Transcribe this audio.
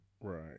Right